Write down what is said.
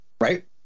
right